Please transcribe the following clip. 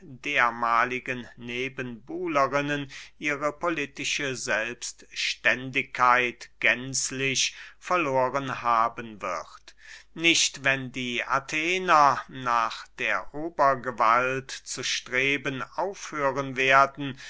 dermahligen nebenbuhlerinnen ihre politische selbstständigkeit gänzlich verloren haben wird nicht wenn die athener nach der obergewalt zu streben aufhören werden